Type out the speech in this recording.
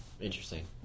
Interesting